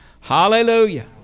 hallelujah